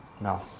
No